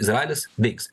izraelis veiks